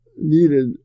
needed